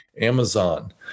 Amazon